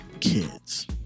kids